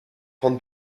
von